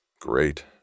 Great